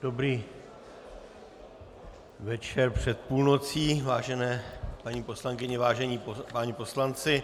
Dobrý večer před půlnocí, vážené paní poslankyně, vážení páni poslanci.